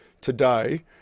today